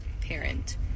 parent